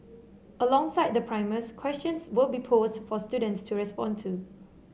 alongside the primers questions will be posed for students to respond to